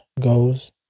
goes